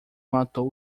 matou